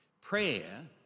Prayer